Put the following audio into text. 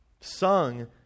sung